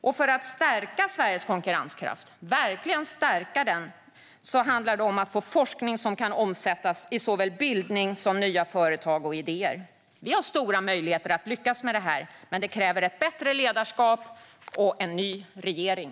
För att verkligen stärka Sveriges konkurrenskraft handlar det om att få forskning som kan omsättas i såväl bildning som nya företag och idéer. Det finns stora möjligheter att lyckas med detta, men det kräver ett bättre ledarskap och en ny regering.